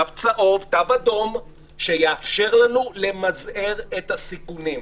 תו צהוב, תו אדום שיאפשר לנו למזער את הסיכונים.